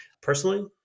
Personally